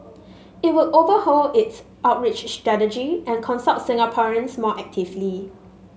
it would overhaul its outreach strategy and consult Singaporeans more actively